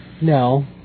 No